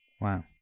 Wow